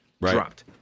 dropped